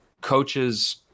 coaches –